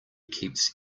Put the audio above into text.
keeps